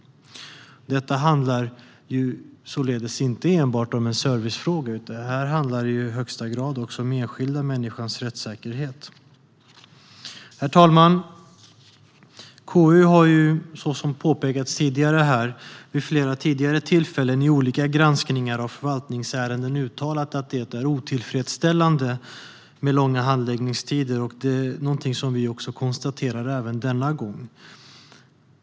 Detta är således inte enbart en servicefråga utan handlar i högsta grad också om den enskilda människans rättssäkerhet. Herr talman! KU har, som tidigare påpekats, vid flera tidigare tillfällen i olika granskningar av förvaltningsärenden uttalat att det är otillfredsställande med långa handläggningstider, och det konstaterar vi även denna gång.